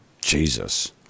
Jesus